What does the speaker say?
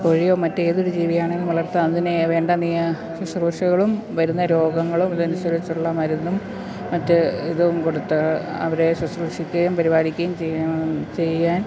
കോഴിയോ മറ്റേതൊരു ജീവിയാണെങ്കിലും വളർത്താം അതിന് വേണ്ട ശുശ്രൂഷകളും വരുന്ന രോഗങ്ങളും ഇതനുസരിച്ചുള്ള മരുന്നും മറ്റ് ഇതും കൊടുത്ത് അവരെ ശുശ്രൂഷിക്കുകയും പരിപാലിക്കുകയും ചെയ്യാൻ